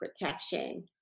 protection